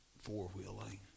four-wheeling